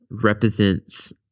Represents